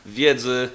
wiedzy